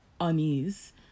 unease